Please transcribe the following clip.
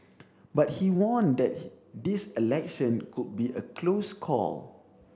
but he warned that this election could be a close call